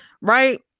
Right